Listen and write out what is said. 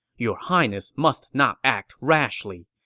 your highness must not act rashly.